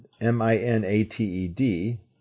M-I-N-A-T-E-D